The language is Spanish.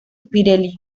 pirelli